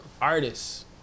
artists